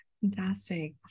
Fantastic